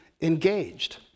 engaged